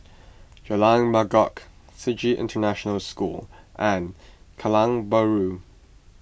Jalan Mangkok Sji International School and Kallang Bahru